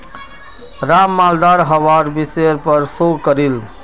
राम मालदार हवार विषयर् पर शोध करील